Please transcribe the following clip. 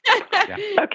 Okay